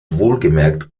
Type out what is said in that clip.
wohlgemerkt